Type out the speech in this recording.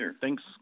thanks